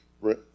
right